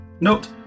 note